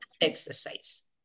Exercise